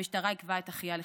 המשטרה עיכבה את אחיה לחקירה,